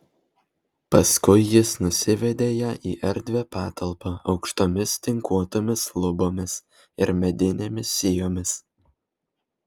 paskui jis nusivedė ją į erdvią patalpą aukštomis tinkuotomis lubomis ir medinėmis sijomis